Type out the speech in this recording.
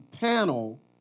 panel